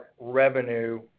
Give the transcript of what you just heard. revenue